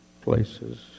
places